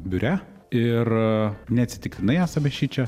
biure ir neatsitiktinai esame šičia